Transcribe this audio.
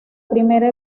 primera